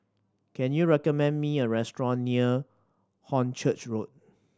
can you recommend me a restaurant near Hornchurch Road